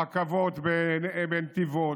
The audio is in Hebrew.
רכבות בנתיבות,